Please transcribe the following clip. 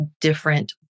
different